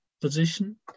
position